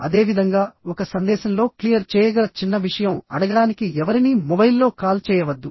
అదేవిధంగా ఒక సందేశంలో క్లియర్ చేయగల చిన్న విషయం అడగడానికి ఎవరినీ మొబైల్లో కాల్ చేయవద్దు